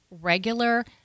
regular